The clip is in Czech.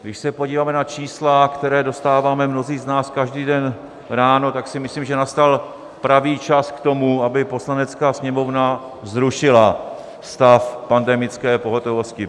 Když se podíváme na čísla, která dostáváme mnozí z nás každý den ráno, tak si myslím, že nastal pravý čas k tomu, aby Poslanecká sněmovna zrušila stav pandemické pohotovosti.